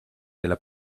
della